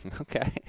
Okay